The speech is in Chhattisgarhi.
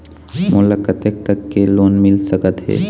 मोला कतेक तक के लोन मिल सकत हे?